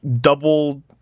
double